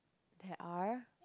there are